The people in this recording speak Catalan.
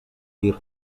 dir